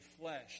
flesh